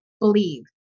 believe